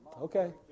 Okay